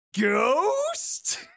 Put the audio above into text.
ghost